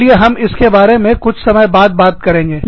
चलिए हम इसके बारे में कुछ समय बाद बात करेंगे